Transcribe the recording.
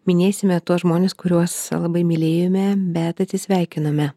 minėsime tuos žmones kuriuos labai mylėjome bet atsisveikinome